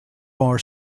bar